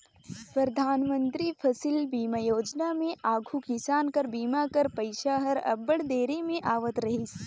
परधानमंतरी फसिल बीमा योजना में आघु किसान कर बीमा कर पइसा हर अब्बड़ देरी में आवत रहिस